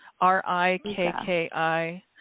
R-I-K-K-I